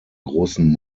großen